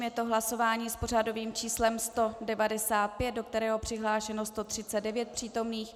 Je to hlasování s pořadovým číslem 195, do kterého je přihlášeno 139 přítomných.